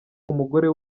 umugore